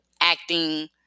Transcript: acting